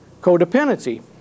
codependency